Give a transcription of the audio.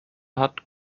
hat